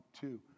two